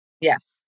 Yes